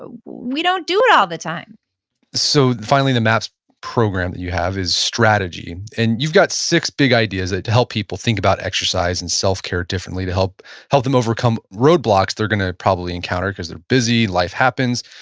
ah we don't do it all the time so finally, in the maps program that you have, is strategy. and you've got six big ideas to help people think about exercise and self-care differently, to help help them overcome roadblocks they're going to probably encounter because they're busy, life happens.